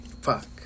fuck